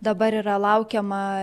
dabar yra laukiama